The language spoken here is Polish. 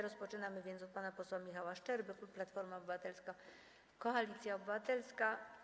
Rozpoczynamy więc od pana posła Michała Szczerby, klub Platforma Obywatelska - Koalicja Obywatelska.